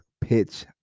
pitch